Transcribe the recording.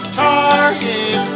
target